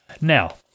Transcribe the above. Now